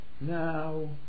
Now